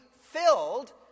filled